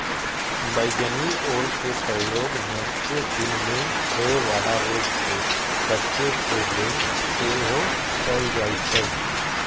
बइगनि ओलके प्रयोग मेघकें दिन में होय वला रोग से बच्चे के लेल सेहो कएल जाइ छइ